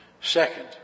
Second